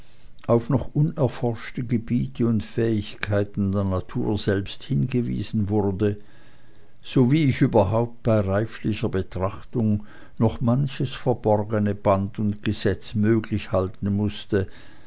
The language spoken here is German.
auf noch unerforschte gebiete und fähigkeiten der natur selbst hingewiesen wurde so wie ich überhaupt bei reiflicher betrachtung noch manches verborgene band und gesetz möglich halten mußte